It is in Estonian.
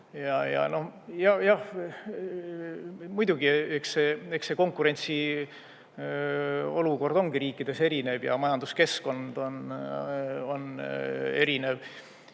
Jah, muidugi, eks konkurentsiolukord ongi riikides erinev ja majanduskeskkond on erinev.